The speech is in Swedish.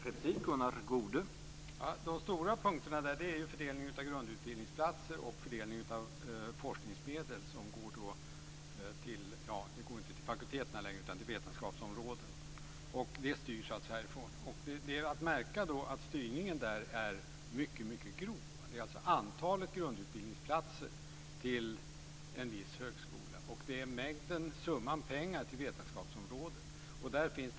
Herr talman! De stora punkterna är fördelningen av grundutbildningsplatser och fördelningen av forskningsmedel. De går inte till fakulteterna längre, utan till vetenskapsområdena. Det styrs alltså härifrån. Det är att märka att styrningen är mycket grov. Det är antalet grundutbildningsplatser till en viss högskola och summan pengar till vetenskapsområdet som bestäms.